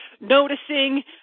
noticing